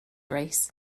race